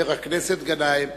חבר הכנסת גנאים.